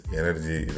energy